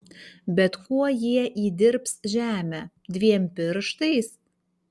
bet kuo jie įdirbs žemę dviem pirštais